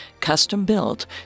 custom-built